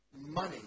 money